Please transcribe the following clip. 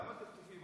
למה טפטופים?